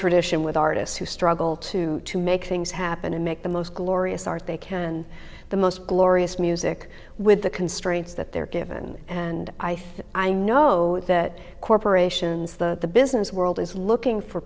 tradition with artists who struggle to to make things happen and make the most glorious art they can and the most glorious music with the constraints that they're given and i think i know that corporations the the business world is looking for